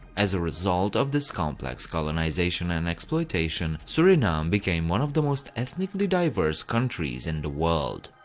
as a result of this complex colonization and exploitation, suriname became one of the most ethnically diverse countries in the world.